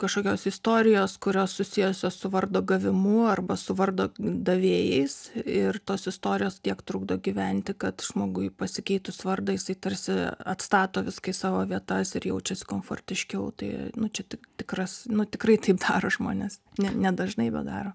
kažkokios istorijos kurios susijusios su vardo gavimu arba su vardo davėjais ir tos istorijos tiek trukdo gyventi kad žmogui pasikeitus vardą jisai tarsi atstato viską į savo vietas ir jaučiasi komfortiškiau tai nu čia tik tikras nu tikrai taip daro žmonės ne nedažnai bet daro